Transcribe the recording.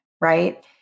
right